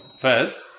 first